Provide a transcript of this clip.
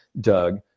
Doug